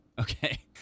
okay